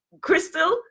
Crystal